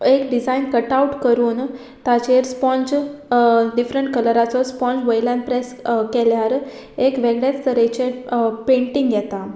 एक design cut out करून ताचेर स्पोंज डिफरंट कलराचो स्पोंज वयल्यान प्रेस केल्यार एक वेगळेच तरेचे पेंटींग येता